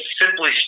simply